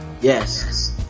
Yes